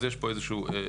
אז יש פה איזשהו --- סליחה,